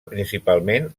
principalment